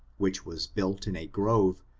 which was built in a grove,